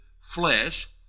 flesh